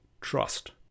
trust